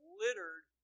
littered